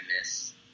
miss